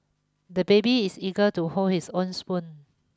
the baby is eager to hold his own spoon